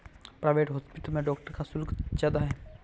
private hospital में doctor का शुल्क ज्यादा है